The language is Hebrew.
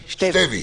שתוי,